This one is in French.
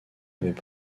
avaient